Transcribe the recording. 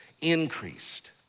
increased